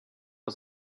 was